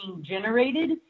generated